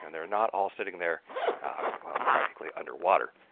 and they're not all sitting there practically underwater,